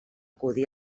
acudir